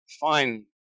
fine